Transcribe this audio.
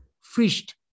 fished